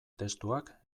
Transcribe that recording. testuak